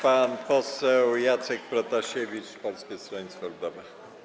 Pan poseł Jacek Protasiewicz, Polskie Stronnictwo Ludowe.